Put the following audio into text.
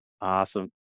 Awesome